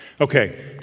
Okay